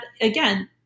again